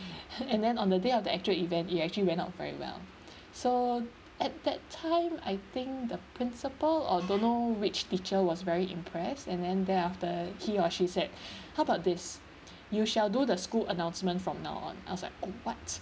and then on the day of the actual event it actually went out very well so at that time I think the principal or don't know which teacher was very impressed and then thereafter he or she said how about this you shall do the school announcements from now on I was like what